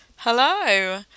Hello